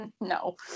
No